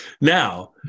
Now